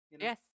Yes